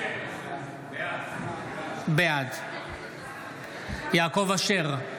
בעד יעקב אשר,